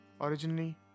Originally